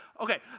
Okay